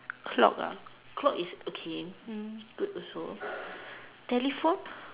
clock ah clock is okay hmm good also telephone